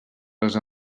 les